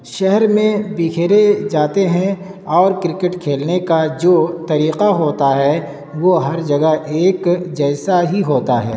شہر میں بکھیرے جاتے ہیں اور کرکٹ کھیلنے کا جو طریقہ ہوتا ہے وہ ہر جگہ ایک جیسا ہی ہوتا ہے